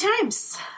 times